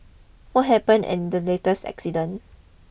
what happened in the latest accident